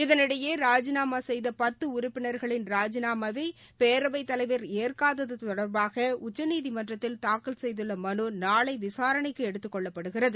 இதனிடையேராஜிநாமாசெய்தபத்துஉறுப்பினா்களின் ராஜிநாமா வைபேரவைத் தலைவர் ஏற்காததுதொடர்பாகஉச்சநீதிமன்றத்தில் தாக்கல் செய்துள்ளமனுநாளைவிசாரணைக்குஎடுத்துக் கொள்ளப்படுகிறது